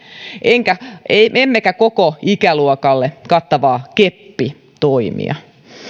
emmekä emmekä koko ikäluokan kattavia keppitoimia